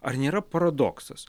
ar nėra paradoksas